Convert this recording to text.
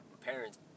parents